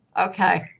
Okay